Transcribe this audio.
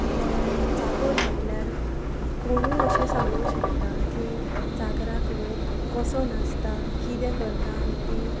गोंयान जागोर म्हटल्यार कोणूय अशें सांगूं शकता की जागराक लोक कसो नाचता कितें करता आनी ती